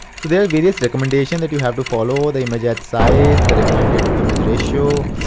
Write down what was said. so there are various recommendations that you have to follow. the image ad size, the recommended image ratio,